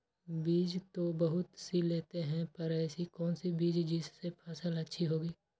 बीज तो बहुत सी लेते हैं पर ऐसी कौन सी बिज जिससे फसल अच्छी होगी?